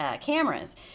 cameras